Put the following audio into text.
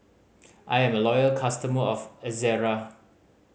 I am a loyal customer of Ezerra